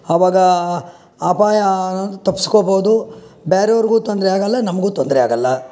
ಆವಾಗ ಅಪಾಯ ತಪ್ಪಿಸ್ಕೊಬೋದು ಬೇರೇವ್ರ್ಗೂ ತೊಂದರೆ ಆಗೋಲ್ಲ ನಮಗೂ ತೊಂದರೆ ಆಗೋಲ್ಲ